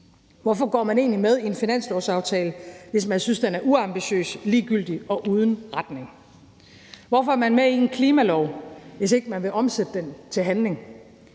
Hvorfor går man egentlig med i en finanslovsaftale, hvis man synes, den er uambitiøs, ligegyldig og uden retning? Hvorfor er man med i en klimalov, hvis man ikke vil omsætte den til handling?